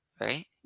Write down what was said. Right